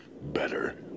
better